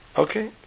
Okay